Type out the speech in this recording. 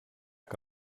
que